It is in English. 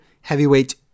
heavyweight